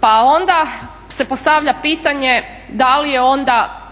Pa onda se postavlja pitanje da li je onda